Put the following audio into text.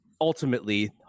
ultimately